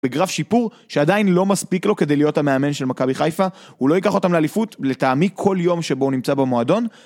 בגרף שיפור, שעדיין לא מספיק לו כדי להיות המאמן של מכבי חיפה הוא לא ייקח אותם לאליפות, לטעמי כל יום שבו הוא נמצא במועדון